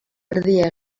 erdia